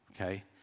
okay